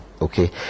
okay